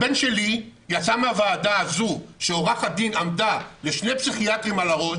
הבן שלי יצא מהוועדה הזו שעורכת דין עמדה לשני פסיכיאטרים על הראש